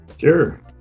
Sure